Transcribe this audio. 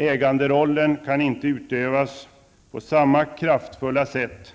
Äganderollen kan inte utövas på samma kraftfulla sätt